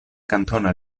kantona